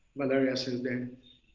malaria since then.